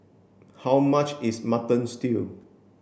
how much is mutton stew